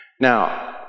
Now